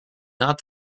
not